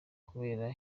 kubera